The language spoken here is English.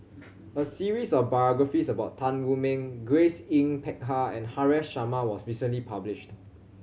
a series of biographies about Tan Wu Meng Grace Yin Peck Ha and Haresh Sharma was recently published